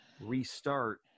restart